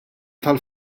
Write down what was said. tal